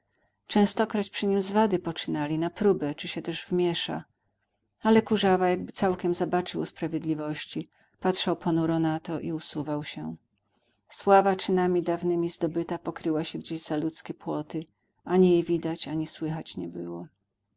częstokroć przy nim zwady poczynali na próbę czy się też wmiesza ale kurzawa jakby całkiem zabaczył o sprawiedliwości patrzał ponuro na to i usuwał się sława czynami dawnymi zdobyta pokryła się gdzieś poza ludzkie płoty ani jej widać ni słychać nie było